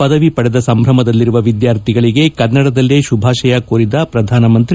ಪದವಿ ಪಡೆದ ಸಂಭ್ರಮದಲ್ಲಿರುವ ವಿದ್ನಾರ್ಥಿಗಳಿಗೆ ಕನ್ನಡದಲ್ಲೇ ಶುಭಾಶಯ ಕೋರಿದ ಶ್ರಧಾನಮಂತ್ರಿ